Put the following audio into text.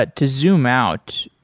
but to zoom out,